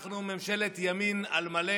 אנחנו ממשלת ימין על מלא,